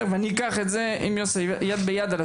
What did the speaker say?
ואני אקח את זה עם יוסף יד ביד.